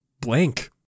blank